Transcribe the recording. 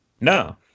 No